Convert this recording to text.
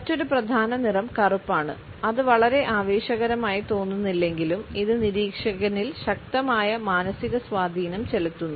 മറ്റൊരു പ്രധാന നിറം കറുപ്പാണ് അത് വളരെ ആവേശകരമായി തോന്നുന്നില്ലെങ്കിലും ഇത് നിരീക്ഷകനിൽ ശക്തമായ മാനസിക സ്വാധീനം ചെലുത്തുന്നു